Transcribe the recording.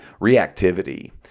reactivity